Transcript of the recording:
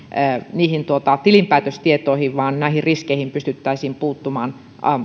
niihin tilinpäätöstietoihin ja näihin riskeihin pystyttäisiin puuttumaan